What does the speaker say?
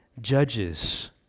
judges